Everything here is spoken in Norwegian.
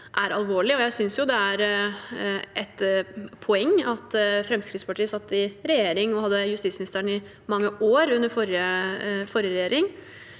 er alvorlig, og jeg synes det er et poeng at Fremskrittspartiet satt i regjering og hadde justisministeren i mange år i den forrige regjeringen.